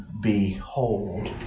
behold